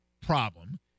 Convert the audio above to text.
problem